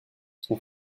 son